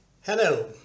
Hello